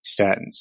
statins